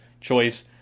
choice